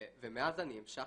ומאז אני המשכתי,